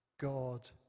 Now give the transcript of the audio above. god